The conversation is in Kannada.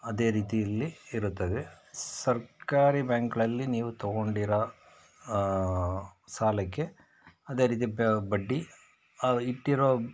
ಅದೇ ರೀತಿಯಲ್ಲಿ ಇರುತ್ತದೆ ಸರ್ಕಾರಿ ಬ್ಯಾಂಕ್ಗಳಲ್ಲಿ ನೀವು ತೊಗೊಂಡಿರೋ ಸಾಲಕ್ಕೆ ಅದೇ ರೀತಿ ಬ ಬಡ್ಡಿ ಇಟ್ಟಿರೋ